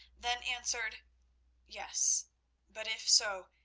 then answered yes but if so,